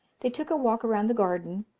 they took a walk around the garden,